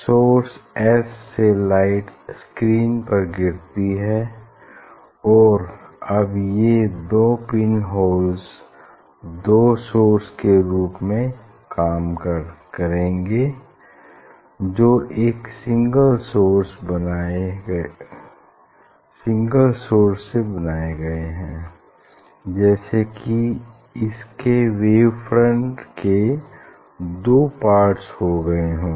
source S से light screen पर गिरती है और अब ये दो पिन होल दो सोर्स के रूप में काम करेंगे जो एक सिंगल सोर्स से बनाए गए हैं जैसे की इसके वेव फ्रंट के दो पार्ट्स हो गए हों